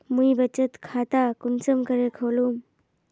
मुई बचत खता कुंसम करे खोलुम?